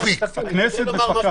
הכנסת ובתווך